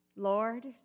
Lord